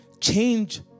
Change